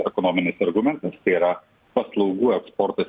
ekonominis argumentas tai yra paslaugų eksportas